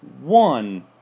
One